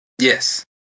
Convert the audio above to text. Yes